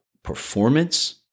performance